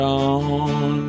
on